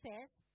says